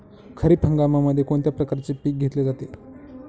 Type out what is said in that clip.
खरीप हंगामामध्ये कोणत्या प्रकारचे पीक घेतले जाते?